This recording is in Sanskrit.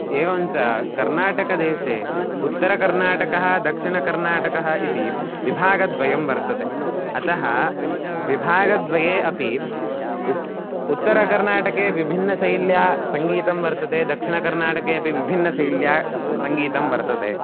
एवञ्च कर्नाटकदेशे उत्तरकर्नाटकः दक्षिणकर्नाटकः इति विभागद्वयं वर्तते अतः विभागद्वये अपि उप् उत्तरकर्नाटके विभिन्नशैल्या सङ्गीतं वर्तते दक्षिणकर्नाटके अपि विभिन्नशैल्या सङ्गीतं वर्तते